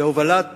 בהובלת